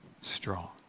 strong